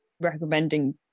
recommending